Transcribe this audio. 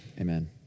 amen